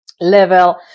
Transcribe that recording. level